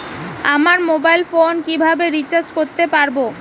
আমার mobile phone কিভাবে recharge করতে পারব?